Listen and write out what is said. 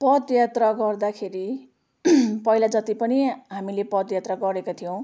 पदयात्रा गर्दाखेरि पहिला जति पनि हामीले पदयात्रा गरेका थियौँ